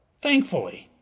Thankfully